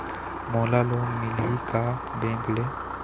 मोला लोन मिलही का बैंक ले?